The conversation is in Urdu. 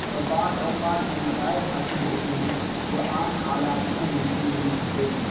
اور بعض اوقات وہ نتائج حاصل ہوتے ہیں جو عام حالات میں ممکن نہیں ہوتے